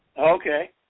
Okay